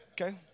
Okay